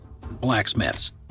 blacksmiths